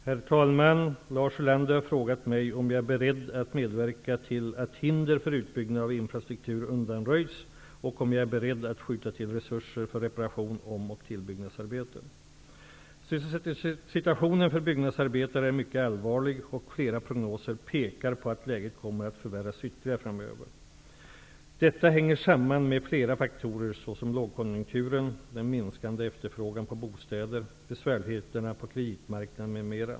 Herr talman! Lars Ulander har frågat mig om jag är beredd att medverka till att hinder för utbyggnaden av infrastruktur undanröjs och om jag är beredd att skjuta till resurser för reparation, om och tillbyggnadsarbeten. Sysselsättningssituationen för byggnadsarbetare är mycket allvarlig och flera prognoser pekar på att läget kommer att förvärras ytterligare framöver. Detta hänger samman med flera faktorer, såsom lågkonjunkturen, den minskade efterfrågan på bostäder, besvärligheterna på kreditmarknaden m.m.